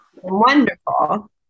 Wonderful